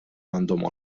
għandhom